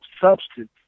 substance